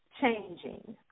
changing